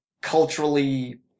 culturally